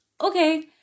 Okay